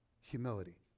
Humility